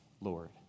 Lord